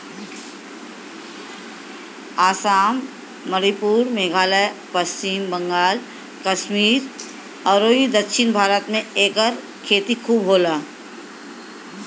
आसाम, मणिपुर, मेघालय, पश्चिम बंगाल, कश्मीर अउरी दक्षिण भारत में एकर खेती खूब होला